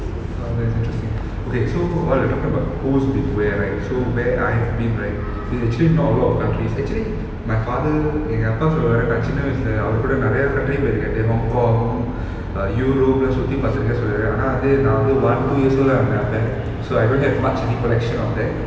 ah that's interesting okay so while we're talking about who's been where right so where I've been right eh actually not a lot of countries actually my father எங்க அப்பா சொல்வாரு நான் சின்ன வயசுல அவர் கூட நிறைய:enga appa solvaru naan chinna vayasula avar kooda niraiya country போயிருக்கேன்னு:poirukenu hong kong err europe னு சுத்தி பார்த்துருக்கேன்னு சொல்வாரு ஆனா அது நான் வந்து:nu suthi parthurukenu solvaru aana adhu naan vanthu one two years தான் இருந்தேன் அப்போ:thaan irunthen so I don't have much recollection of that